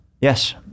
Yes